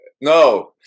no